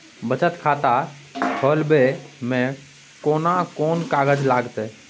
बचत खाता खोलबै में केना कोन कागज लागतै?